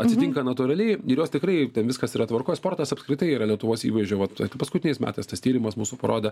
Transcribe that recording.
atsitinka natūraliai ir jos tikrai viskas yra tvarkoj sportas apskritai yra lietuvos įvaizdžio vat paskutiniais metais tas tyrimas mūsų parodė